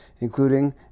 including